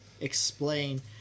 explain